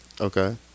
Okay